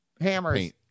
hammers